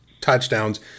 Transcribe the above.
touchdowns